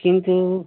কিন্তু